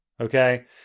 okay